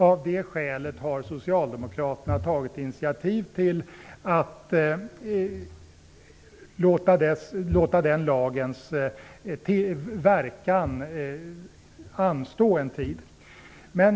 Av det skälet har Socialdemokraterna tagit initiativ till att låta den lagens verkan anstå en tid.